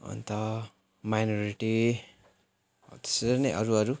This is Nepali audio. अन्त माइनोरिटी हो त्यसरी नै अरू अरू